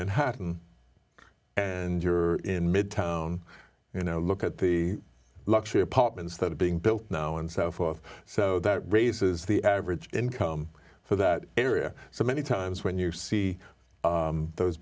manhattan and you're in midtown you know look at the luxury apartments that are being built now and so forth so that raises the average income for that area so many times when you see those